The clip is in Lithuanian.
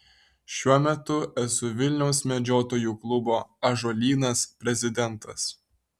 šiuo metu esu vilniaus medžiotojų klubo ąžuolynas prezidentas